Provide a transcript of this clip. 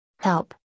help